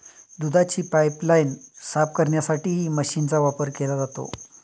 दुधाची पाइपलाइन साफ करण्यासाठीही मशीनचा वापर केला जातो